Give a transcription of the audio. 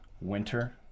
winter